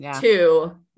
two